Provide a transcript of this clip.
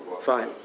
fine